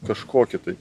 kažkokį tai